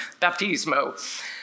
baptismo